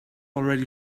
already